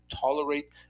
tolerate